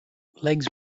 legs